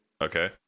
okay